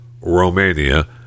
Romania